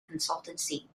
consultancy